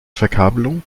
verkabelung